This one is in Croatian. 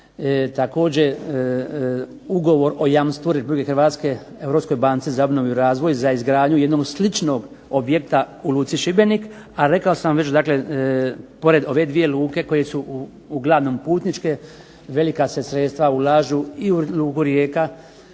također ugovor o jamstvu Republike Hrvatske Europskoj banci za obnovu i razvoj za izgradnju jednog sličnog objekta u luci Šibenik, a rekao sam već dakle pored ove dvije luke koje su uglavnom putničke velika se sredstva ulažu i u luku Rijeka,